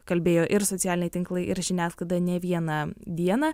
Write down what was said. kalbėjo ir socialiniai tinklai ir žiniasklaida ne vieną dieną